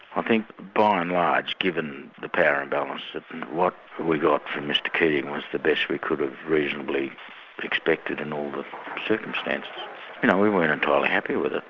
i think by and large, given the power imbalance that what we got from mr keating was the best we could have reasonably expected in all the and um we weren't entirely happy with it,